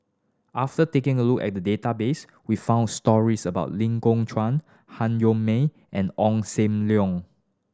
after taking a look at the database we found stories about Ling Chuan Han Yong May and Ong Sam Leong